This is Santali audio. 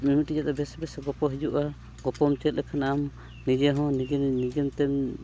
ᱚᱱᱮ ᱢᱤᱫᱴᱤᱡᱟᱜ ᱫᱚ ᱵᱮᱥᱼᱵᱮᱥᱟᱜ ᱜᱚᱞᱯᱚ ᱦᱤᱡᱩᱜᱼᱟ ᱜᱚᱞᱯᱚ ᱪᱮᱫ ᱞᱮᱱᱠᱷᱟᱱ ᱟᱢ ᱱᱤᱡᱮ ᱦᱚᱸ ᱱᱤᱡᱮ ᱱᱤᱡᱮ ᱛᱮᱢ